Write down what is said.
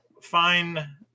fine